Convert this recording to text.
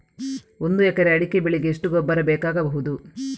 ಒಂದು ಎಕರೆ ಅಡಿಕೆ ಬೆಳೆಗೆ ಎಷ್ಟು ಗೊಬ್ಬರ ಬೇಕಾಗಬಹುದು?